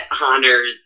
honors